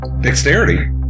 Dexterity